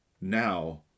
now